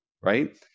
right